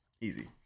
easy